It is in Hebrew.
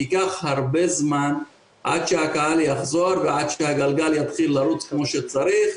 ייקח הרבה זמן עד שהקהל יחזור ועד שהגלגל יתחיל לרוץ כמו שצריך.